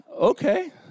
okay